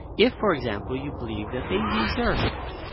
if for example you believe that they deserved it.